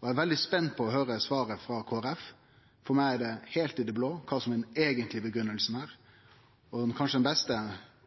Eg er veldig spent på å høyre svaret frå Kristeleg Folkeparti. For meg er det heilt i det blå kva som er den eigentlege grunngivinga her, og kanskje den beste